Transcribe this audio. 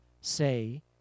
say